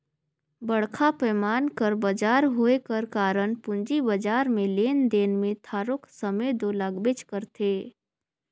बड़खा पैमान कर बजार होए कर कारन पूंजी बजार में लेन देन में थारोक समे दो लागबेच करथे